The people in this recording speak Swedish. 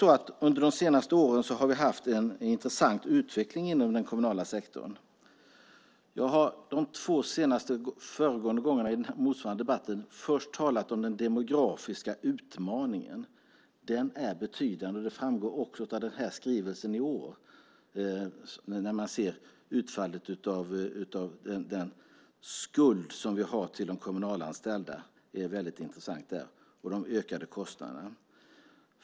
Under de senaste åren har vi haft en intressant utveckling i den kommunala sektorn. Jag har de två senaste gångerna då vi har haft motsvarande debatter först talat om den demografiska utmaningen. Den är betydande, och det framgår också av skrivelsen i år, när man ser till utfallet av den skuld som vi har till de kommunalanställda och till de ökade kostnaderna. Det är väldigt intressant.